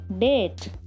date